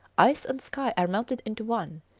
ice and sky are melted into one,